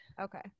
okay